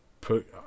put